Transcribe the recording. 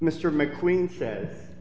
mr mcqueen said